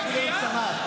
זכות,